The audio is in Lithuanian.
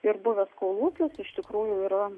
ir buvęs kolūkis iš tikrųjų yra